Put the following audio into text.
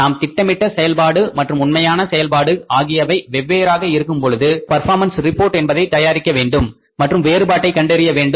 நாம் திட்டமிட்ட செயல்பாடு மற்றும் உண்மையான செயல்பாடு ஆகியவை வெவ்வேறாக இருக்கும் பொழுது பர்பாமன்ஸ் ரிப்போர்ட் என்பதை தயாரிக்க வேண்டும் மற்றும் வேறுபாட்டை கண்டறிய வேண்டும்